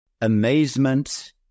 amazement